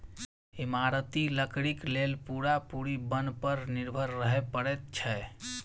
इमारती लकड़ीक लेल पूरा पूरी बन पर निर्भर रहय पड़ैत छै